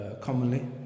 commonly